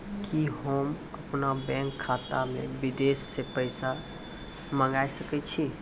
कि होम अपन बैंक खाता मे विदेश से पैसा मंगाय सकै छी?